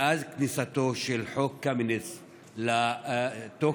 מאז כניסתו של חוק קמיניץ לתוקף